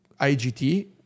IGT